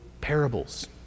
parables